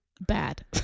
bad